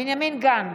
בנימין גנץ,